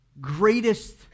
greatest